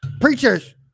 preachers